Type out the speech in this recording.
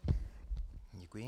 Děkuji.